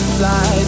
fly